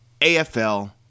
AFL